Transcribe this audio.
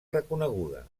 reconeguda